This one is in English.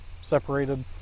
separated